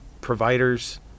Providers